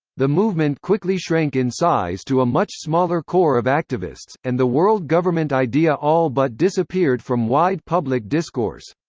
the movement quickly shrank in size to a much smaller core of activists, and the world government idea all but disappeared from wide public discourse.